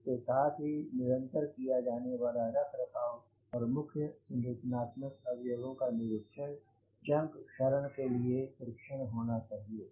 इसके साथ ही निरंतर किया जाने वाला रख रखाव और मुख्य संरचनात्मक अवयवों का निरीक्षण जंग क्षरण के लिए परीक्षण होना चाहिए